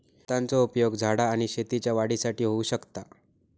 खतांचो उपयोग झाडा आणि शेतीच्या वाढीसाठी होऊ शकता